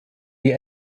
die